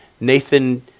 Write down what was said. Nathan